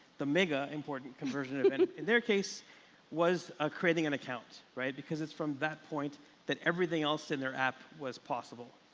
the mega important conversion in in their case was ah creating an account. because it's from that point that everything else in their app was possible.